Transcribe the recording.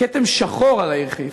כתם שחור על העיר חיפה.